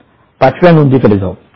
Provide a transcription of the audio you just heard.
आपण पाचव्या नोंदी कडे जाऊ